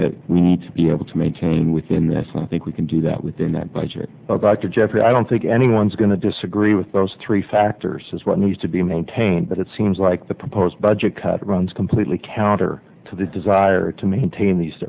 that we need to be able to maintain within that think we can do that within that budget but back to jeffrey i don't think anyone's going to disagree with those three factors is what needs to be maintained but it seems like the proposed budget cut runs completely counter to the desire to maintain these